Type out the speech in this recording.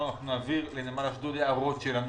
נמל אשדוד רוצים להצטרף?